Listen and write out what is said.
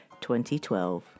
2012